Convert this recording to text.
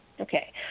Okay